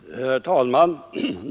Herr talman!